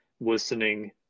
listening